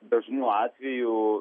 dažnu atveju